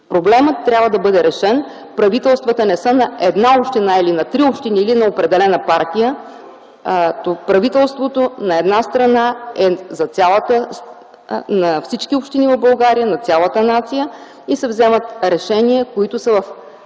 Проблемът трябва да бъде решен. Правителството не е на една, на три общини или на определена партия. Правителството на една страна е на всички общини в България, на цялата нация и се вземат решения, които са в